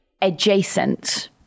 adjacent